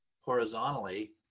horizontally